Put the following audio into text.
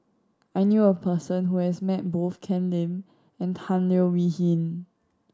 I knew a person who has met both Ken Lim and Tan Leo Wee Hin